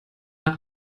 nach